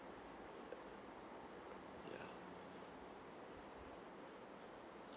yeah